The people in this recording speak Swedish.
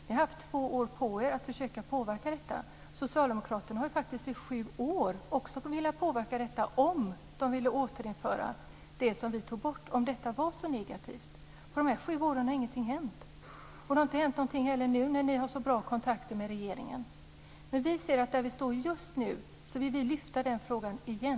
Ni har haft två år på er att försöka påverka detta. Socialdemokraterna har kunnat påverka detta i sju år, om man velat återinföra det som vi tog bort - om det var så negativt. Ingenting har hänt på de sju åren. Det har inte heller hänt någonting nu när ni har så bra kontakter med regeringen. Där vi just nu står vill vi lyfta fram den frågan igen.